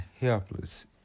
helpless